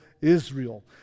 Israel